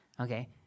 Okay